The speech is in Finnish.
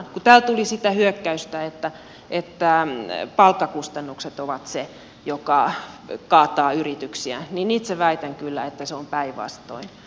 kun täällä tuli hyökkäystä että palkkakustannukset ovat se joka kaataa yrityksiä niin itse väitän kyllä että se on päinvastoin